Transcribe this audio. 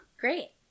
Great